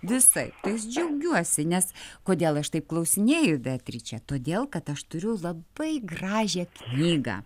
visaip tai aš džiaugiuosi nes kodėl aš taip klausinėju beatriče todėl kad aš turiu labai gražią knygą